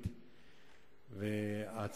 חבר הכנסת זאב,